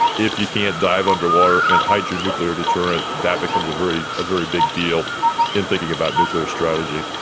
if you can't dive underwater and hide your nuclear deterrent, that becomes a very very big deal in thinking about nuclear strategy.